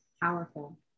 powerful